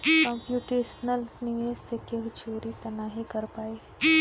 computational निवेश से केहू चोरी तअ नाही कर पाई